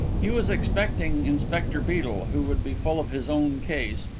he was expecting inspector beedel, who would be full of his own case,